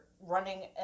running